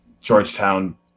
Georgetown